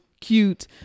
cute